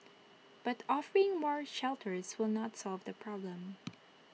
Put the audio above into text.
but offering more shelters will not solve the problem